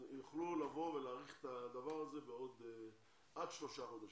יוכלו לבוא ולהאריך את הדבר הזה עד שלושה חודשים.